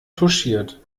touchiert